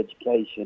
education